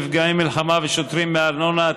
נפגעי מלחמה ושוטרים מארנונה),